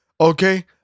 Okay